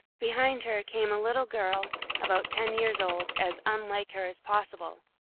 behind her came a little girl about ten years old, as unlike her as possible,